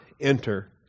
enter